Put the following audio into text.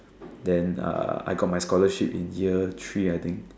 then uh I got my scholarship in year three I think